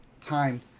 time